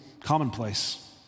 commonplace